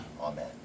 Amen